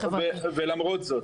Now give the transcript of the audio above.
ולמרות זאת.